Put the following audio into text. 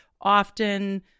often